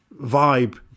vibe